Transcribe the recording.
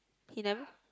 he never